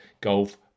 golf